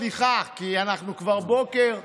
סליחה, אתמול, כי אנחנו כבר בבוקר.